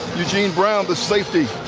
eugene brown, the safety,